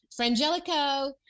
frangelico